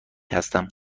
هستم